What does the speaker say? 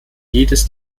jedes